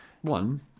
one